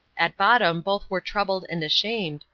at bottom both were troubled and ashamed,